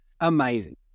amazing